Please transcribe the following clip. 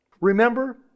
Remember